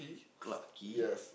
Clark-Quay